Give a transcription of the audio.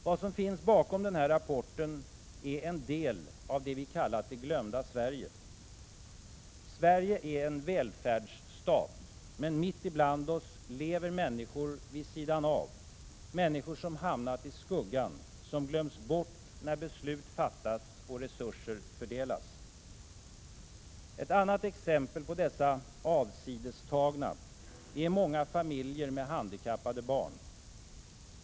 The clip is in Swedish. Vad som finns bakom den här rapporten är en del av vad vi kallar det glömda Sverige. Sverige är en välfärdsstat, men mitt ibland oss lever människor vid sidan av, människor som hamnat i skuggan, som glöms bort när beslut fattas och resurser fördelas. Ett annat exempel på dessa avsidestagna är många familjer med handikappade barn.